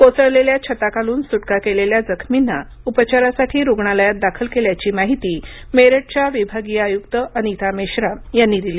कोसळलेल्या छताखालून सुटका केलेल्या जखमींना उपचारासाठी रुग्णालयात दाखल केल्याची माहिती मेरठच्या विभागीय आयुक्त अनिता मेश्राम यांनी दिली